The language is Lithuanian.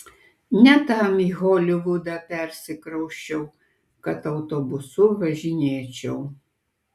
ne tam į holivudą persikrausčiau kad autobusu važinėčiau